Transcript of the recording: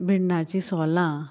भिंडांचीं सोलां